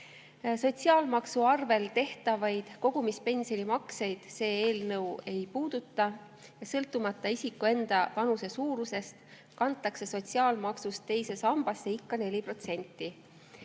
Sotsiaalmaksust tehtavaid kogumispensionimakseid see eelnõu ei puuduta. Sõltumata isiku enda panuse suurusest, kantakse sotsiaalmaksust teise sambasse ikka 4%.